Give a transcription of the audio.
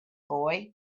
boy